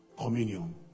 communion